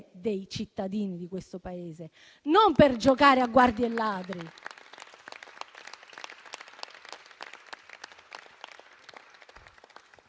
dei cittadini di questo Paese, e non per giocare a guardie e ladri.